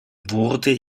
wurde